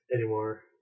anymore